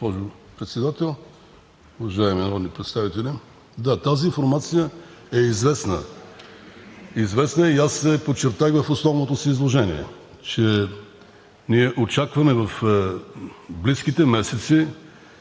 Госпожо Председател, уважаеми народни представители! Да, тази информация е известна. Известна е и аз я подчертах в основното си изложение, че ние очакваме в близките месеци